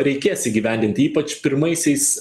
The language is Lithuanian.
reikės įgyvendinti ypač pirmaisiais